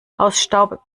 hausstaub